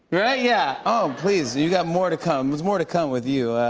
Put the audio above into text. yeah yeah. oh, please. you got more to come. there's more to come with you.